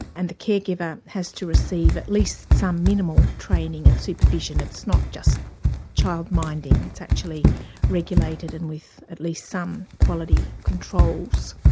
and the caregiver has to receive at least some minimal training and supervision. it's not just child minding, it's actually regulated and with at least some quality controls.